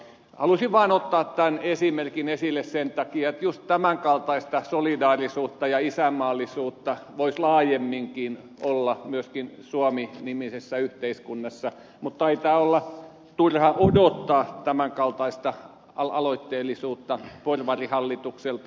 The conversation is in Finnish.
halusin vaan ottaa tämän esimerkin esille sen takia että juuri tämän kaltaista solidaarisuutta ja isänmaallisuutta voisi laajemminkin olla myöskin suomi nimisessä yhteiskunnassa mutta taitaa olla turha odottaa tämän kaltaista aloitteellisuutta porvarihallitukselta